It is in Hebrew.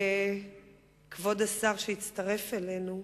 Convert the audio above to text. כבוד השר שהצטרף אלינו,